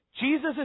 Jesus